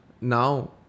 now